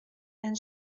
and